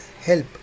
help